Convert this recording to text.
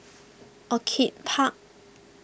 Orchid Park